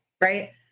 right